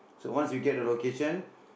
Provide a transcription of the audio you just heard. so once you get the location